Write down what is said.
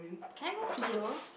can I go pee though